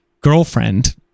girlfriend